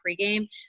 pregame